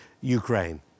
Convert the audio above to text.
Ukraine